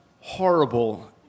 horrible